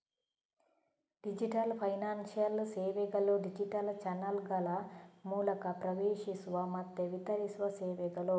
digital financial ಸೇವೆಗಳು digital ಚಾನಲ್ಗಳ ಮೂಲಕ ಪ್ರವೇಶಿಸುವ ಮತ್ತೆ ವಿತರಿಸುವ ಸೇವೆಗಳು